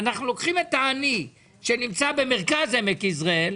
אנחנו לוקחים את העני שנמצא במרכז יזרעאל,